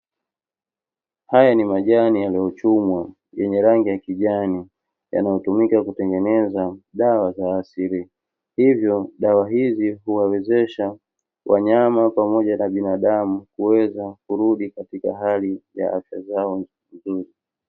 Haya ni majani yaliyochumwa yenye rangi ya kijani, yanayotumika kutengeneza dawa za asili, hivyo dawa hizi huwawezesha wanyama pamoja na binadamu kuweza kurudi katika hali ya afya zao nzuri.